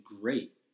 great